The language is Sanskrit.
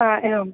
एवं